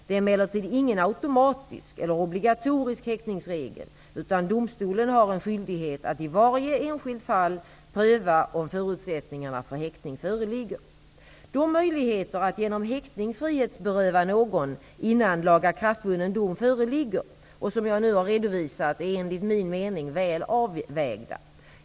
Det är emellertid ingen automatisk eller obligatorisk häktningsregel, utan domstolen har en skyldighet att i varje enskilt fall pröva om förutsättningarna för häktning föreligger 1987/88:7 s. 28). De möjligheter att genom häktning frihetsberöva någon innan lagakraftvunnen dom föreligger och som jag nu har redovisat, är enligt min mening väl avvägda.